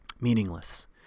meaningless